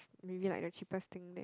maybe like the cheapest thing there